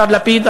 השר לפיד,